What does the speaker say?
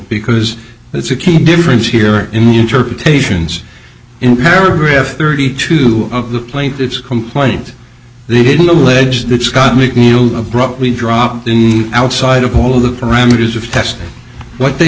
because that's a key difference here in the interpretations in paragraph thirty two of the plaintiff's complaint they didn't allege that scott mcneil abruptly dropped the outside of all of the parameters of test what they